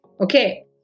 Okay